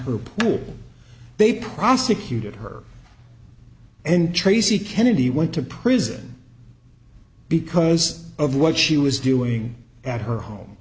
her pool they prosecuted her and tracy kennedy went to prison because of what she was doing at her home